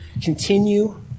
continue